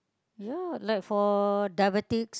ya like for diabetic